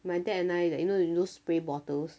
my dad and I like you know you know those spray bottles